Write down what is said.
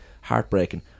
heartbreaking